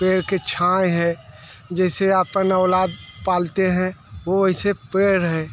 पेड़ के छाँव हैं जैसे अपन औलाद पालते हैं वो ऐसे पेड़ है